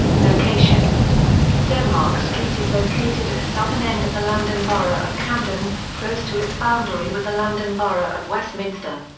location denmark street is located at the southern end of the london borough of camden, close to its boundary with the london borough of westminster.